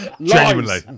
Genuinely